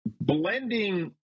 blending